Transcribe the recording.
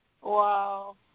Wow